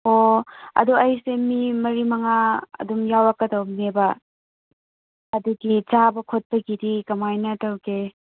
ꯑꯣ ꯑꯗꯣ ꯑꯩꯁꯦ ꯃꯤ ꯃꯔꯤ ꯃꯉꯥ ꯑꯗꯨꯝ ꯌꯥꯎꯔꯛꯀꯗꯕꯅꯦꯕ ꯑꯗꯨꯒꯤ ꯆꯥꯕ ꯈꯣꯠꯄꯒꯤꯗꯤ ꯀꯃꯥꯏꯅ ꯇꯧꯒꯦ